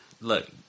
look